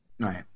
Right